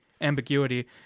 ambiguity